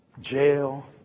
Jail